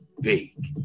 big